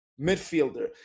midfielder